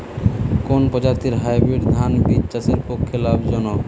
কোন প্রজাতীর হাইব্রিড ধান বীজ চাষের পক্ষে লাভজনক?